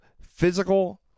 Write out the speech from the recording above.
physical